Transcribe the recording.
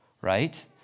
right